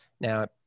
Now